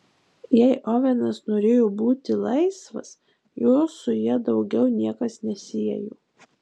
jei ovenas norėjo būti laisvas jo su ja daugiau niekas nesiejo